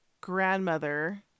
grandmother